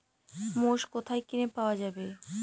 মোষ কোথায় কিনে পাওয়া যাবে?